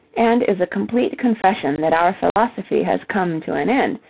and is a complete confession that our philosophy has come to an end,